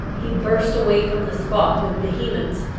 he burst away from the spot with vehemence,